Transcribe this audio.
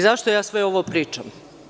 Zašto ja sve ovo pričam?